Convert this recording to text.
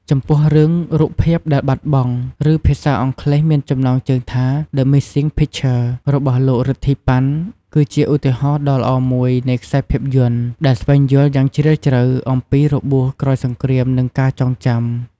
ចំពោះរឿង "រូបភាពដែលបាត់បង់" ឬភាសាអង់គ្លេសមានចំណងជើងថា The Missing Picture របស់លោក រិទ្ធី ប៉ាន់ គឺជាឧទាហរណ៍ដ៏ល្អមួយនៃខ្សែភាពយន្តដែលស្វែងយល់យ៉ាងជ្រាលជ្រៅអំពីរបួសក្រោយសង្គ្រាម និងការចងចាំ ។